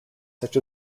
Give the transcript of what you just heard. such